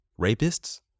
rapists